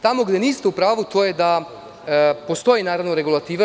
Tamo gde niste u pravu to je da postoji, naravno, regulativa.